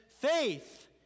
faith